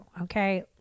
Okay